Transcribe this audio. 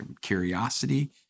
curiosity